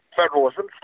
federalism